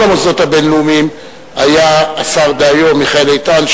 המוסדות הבין-לאומיים היה השר דהיום מיכאל איתן,